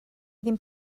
ddim